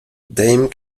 dame